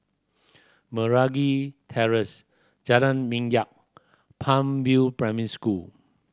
Meragi Terrace Jalan Minyak Palm View Primary School